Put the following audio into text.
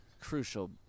crucial